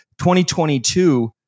2022